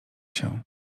się